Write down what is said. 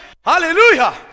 Hallelujah